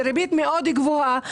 וריבית מאוד גבוהה,